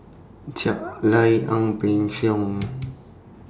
Ja Lai Ang Peng Siong